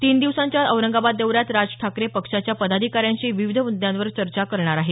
तीन दिवसांच्या औरंगाबाद दौऱ्यात राज ठाकरे पक्षाच्या पदाधिकाऱ्यांशी विविध मुद्यांवर चर्चा करणार आहेत